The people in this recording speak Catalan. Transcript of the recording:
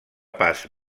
pas